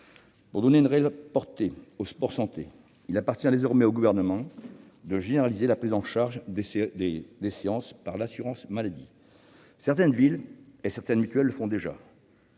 Pour donner une réelle portée au sport-santé, il appartient désormais au Gouvernement de généraliser la prise en charge des séances par l'assurance maladie. Certaines villes et certaines mutuelles le font déjà.